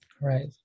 Right